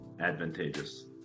advantageous